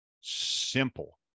Simple